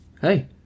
hey